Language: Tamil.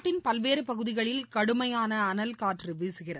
நாட்டின் பல்வேறுபகுதிகளில் கடுமையானஅனல் காற்றுவீசுகிறது